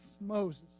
Moses